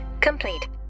complete